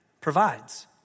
provides